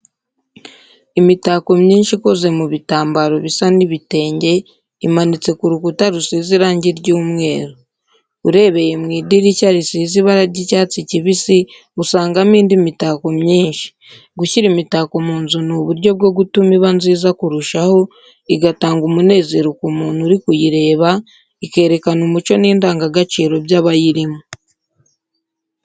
Imitako myinshi ikoze mu bitambaro bisa n'ibitenge, imanitse ku rukuta rusize irangi ry'umweru. Urebeye mu idirishya risize ibara ry'icyatsi kibisi, usangamo indi mitako myinshi. Gushyira imitako mu nzu ni uburyo bwo gutuma iba nziza kurushaho, igatanga umunezero ku muntu uri kuyireba, ikerekana umuco n’indangagaciro by’abayirimo.